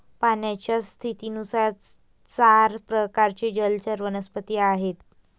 पाण्याच्या स्थितीनुसार चार प्रकारचे जलचर वनस्पती आहेत